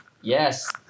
Yes